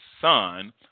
son